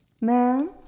Ma'am